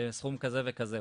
בסכום כזה וכזה.